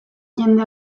jende